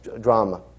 drama